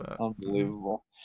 unbelievable